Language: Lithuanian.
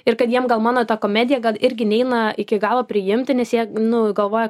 ir kad jiems gal mano ta komedija gal irgi neina iki galo priimti nes jie nu galvoja